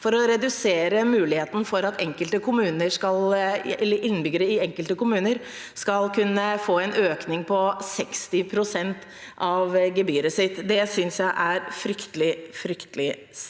for å redusere muligheten for at innbyggere i enkelte kommuner skal kunne få en økning på 60 pst. av gebyret sitt. Det synes jeg er fryktelig leit og